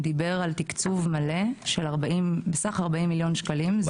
הוא דיבר על תקצוב מלא בסך 40 מיליון שקלים.